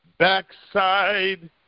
backside